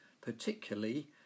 particularly